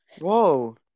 Whoa